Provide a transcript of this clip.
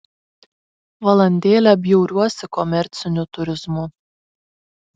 valandėlę bjauriuosi komerciniu turizmu